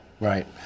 Right